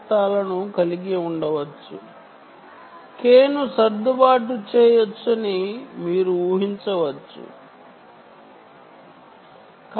కాబట్టి మీరు K యొక్క చాలా పెద్ద విలువ ఉంటే ట్యాగ్ లు బేస్ స్టేషన్ కి విజయవంతంగా సమాచారాన్ని అందిస్తాయి కానీ లేటెన్సీ సమస్యని కలిగిస్తుంది k విలువ పెరిగితే లేటెన్సీ కూడా పెరుగుతుంది